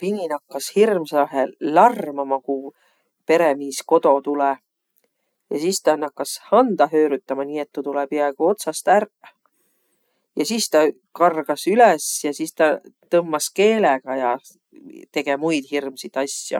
Pini nakkas hirmsahe larmama, ku peremiis kodo tulõ. Ja sis tä nakkas handa höörütämä, nii et tuu tulõ piaaigo otsast ärq. Ja sis tä kargas üles ja sis tä tõmbas keelega ja tege muid hirmsit asjo.